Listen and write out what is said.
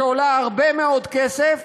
שעולה הרבה מאוד כסף,